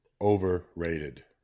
overrated